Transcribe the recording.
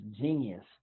genius